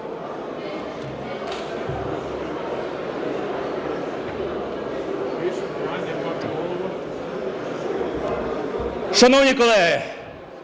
Шановні колеги,